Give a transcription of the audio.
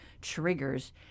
triggers